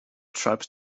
tribes